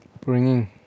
bringing